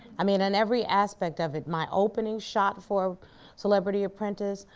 i mean in every aspect of it, my opening shot for celebrity apprentice,